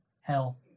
hell